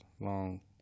Long